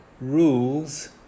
rules